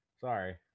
Sorry